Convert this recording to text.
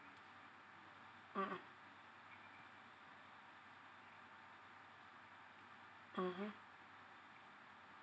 mmhmm mmhmm